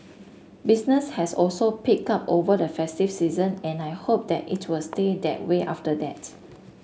business has also picked up over the festive season and I hope that it will stay that way after that